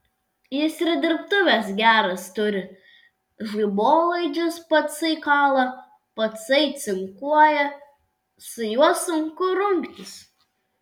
jis ir dirbtuves geras turi žaibolaidžius patsai kala patsai cinkuoja su juo sunku rungtis